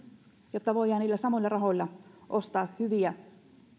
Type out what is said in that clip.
jotta voidaan niillä samoilla rahoilla ostaa hyviä